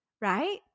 right